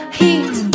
heat